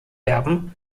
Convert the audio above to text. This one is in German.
erben